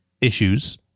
issues